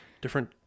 different